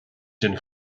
den